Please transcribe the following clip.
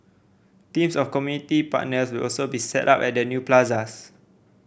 teams of community partners will also be set up at the new plazas